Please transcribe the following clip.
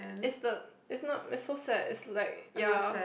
is the is not it's so sad is like ya